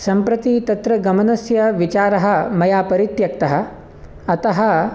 सम्प्रति तत्र गमनस्य विचारः मया परित्यक्तः अतः